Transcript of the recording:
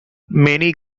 many